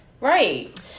right